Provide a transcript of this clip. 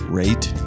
rate